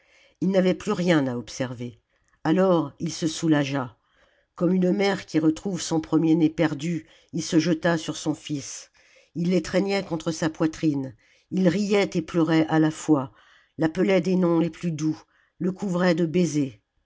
il n'avait plus rien à observer alors il se soulagea comme une mère qui retrouve son premier-né perdu il se jeta sur son fils il l'étreignait contre sa poitrine il riait et pleurait à la fois l'appelait des noms les plus doux le couvrait de baisers